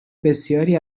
بسیاری